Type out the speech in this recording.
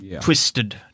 twisted